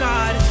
God